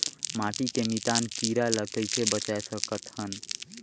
माटी के मितान कीरा ल कइसे बचाय सकत हन?